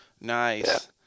Nice